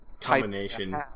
combination